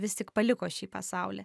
vis tik paliko šį pasaulį